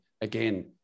again